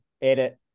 edit